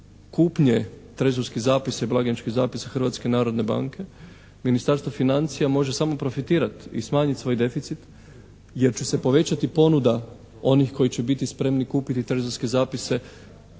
kupnje trezorskih zapisa i blagajničkih zapisa Hrvatske narodne banke Ministarstvo financija može samo profitirati i smanjiti svoj deficit jer će se povećati ponuda onih koji će biti spremni kupiti trezorske zapise